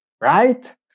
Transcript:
Right